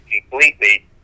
completely